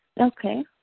Okay